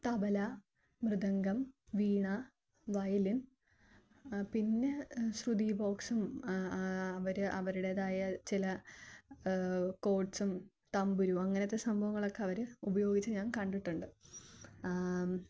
tabla mridangam veena violin പിന്നെ ശ്രുതി ബോക്സും അവര് അവരുടേതായ ചില കോഡ്സും തംബുരു അങ്ങനത്തെ സംഭവങ്ങളൊക്കെ അവര് ഉപയോഗിച്ച് ഞാന് കണ്ടിട്ടുണ്ട്